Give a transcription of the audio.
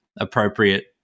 appropriate